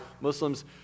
Muslims